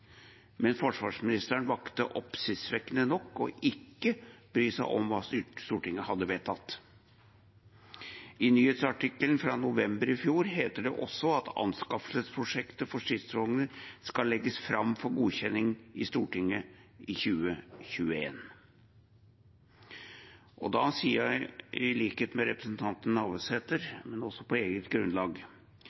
men forsvarsministeren valgte oppsiktsvekkende nok ikke å bry seg om hva Stortinget hadde vedtatt. I nyhetsartikkelen fra november i fjor heter det også at anskaffelsesprosjektet for stridsvogner skal legges fram for godkjenning i Stortinget i 2021. Da sier jeg, i likhet med representanten Navarsete, men også på eget grunnlag: